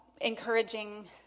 encouraging